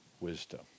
wisdom